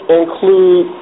include